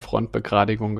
frontbegradigung